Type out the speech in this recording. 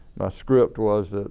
script was ah